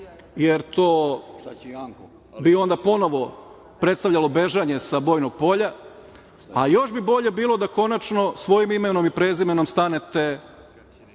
jer to bi onda ponovo predstavljalo bežanje sa bojnog polja, a još bi bolje bilo da konačno svojim imenom i prezimenom stanete